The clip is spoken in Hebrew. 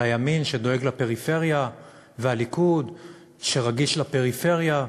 על הימין שדואג לפריפריה והליכוד שרגיש לפריפריה.